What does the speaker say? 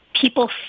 people